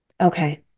Okay